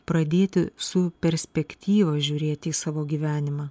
pradėti su perspektyva žiūrėt į savo gyvenimą